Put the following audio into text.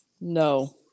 No